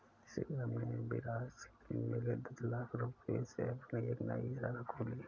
शिवम ने विरासत में मिले दस लाख रूपए से अपनी एक नई शाखा खोली